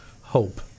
hope